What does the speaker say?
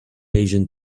asian